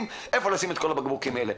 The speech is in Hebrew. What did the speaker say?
שם הוא יכול לשים את כל הבקבוקים האלה.